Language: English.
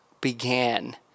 began